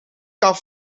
kan